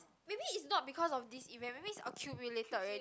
maybe is not because of this event maybe is accumulated already